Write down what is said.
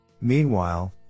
meanwhile